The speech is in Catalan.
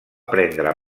prendre